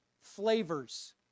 flavors